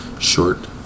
Short